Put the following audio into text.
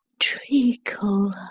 treacle,